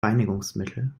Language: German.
reinigungsmittel